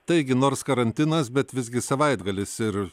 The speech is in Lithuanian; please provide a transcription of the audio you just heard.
taigi nors karantinas bet visgi savaitgalis ir